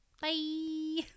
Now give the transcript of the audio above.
Bye